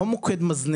לא מוקד מזניק,